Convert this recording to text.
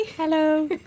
Hello